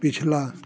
पिछला